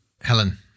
helen